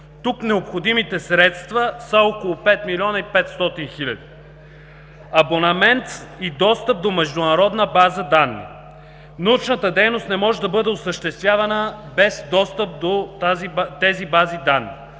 Тук необходимите средства са около 5 млн. и 500 хил. Абонамент и достъп до международна база данни. Научната дейност не може да бъде осъществявана без достъп до тези бази данни.